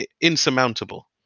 insurmountable